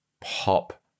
pop